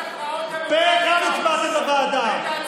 תכבד הכרעות דמוקרטיות, פה אחד הצבעתם בוועדה.